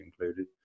included